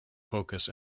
focus